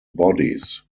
bodies